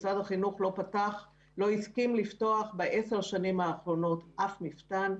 משרד החינוך לא הסכים לפתוח ב-10 השנים האחרונות אף מפתן,